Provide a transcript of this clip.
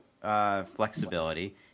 flexibility